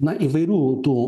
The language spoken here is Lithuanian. na įvairių tų nu